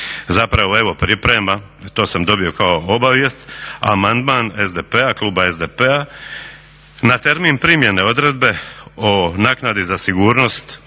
zapravo evo priprema, to sam dobio kao obavijest amandman SDP-a, kluba SDP-a na termin primjene odredbe o naknadi za sigurnost,